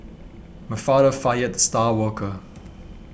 my father fired the star worker